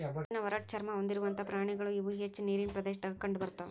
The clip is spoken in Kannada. ಕಠಿಣ ಒರಟ ಚರ್ಮಾ ಹೊಂದಿರುವಂತಾ ಪ್ರಾಣಿಗಳು ಇವ ಹೆಚ್ಚ ನೇರಿನ ಪ್ರದೇಶದಾಗ ಕಂಡಬರತಾವ